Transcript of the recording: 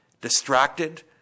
distracted